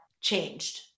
changed